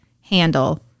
handle